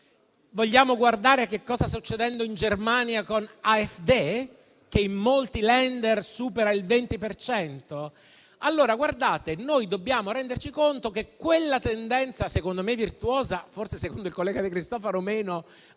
Vogliamo guardare che cosa sta succedendo in Germania con AfD, che in molti Länder supera il 20 per cento? Dobbiamo renderci conto che quella tendenza - secondo me virtuosa, ma forse secondo il collega De Cristofaro meno